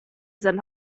sein